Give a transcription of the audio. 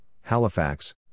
Halifax